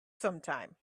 sometime